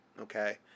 okay